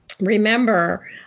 remember